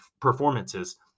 performances